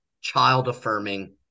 child-affirming